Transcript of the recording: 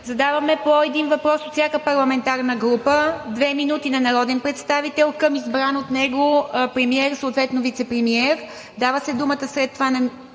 задаваме по един въпрос от всяка парламентарна група – две минути на народен представител към избран от него премиер, съответно вицепремиер, дава се думата след това на